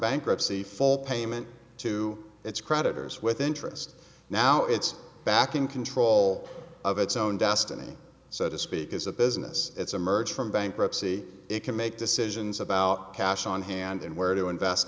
bankruptcy full payment to its creditors with interest now it's back in control of its own destiny so to speak is a business it's emerged from bankruptcy it can make decisions about cash on hand and where to invest